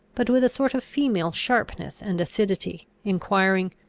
but with a sort of female sharpness and acidity, enquiring,